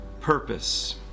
Purpose